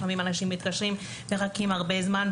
לפעמים אנשים מתקשרים ומחכים הרבה זמן,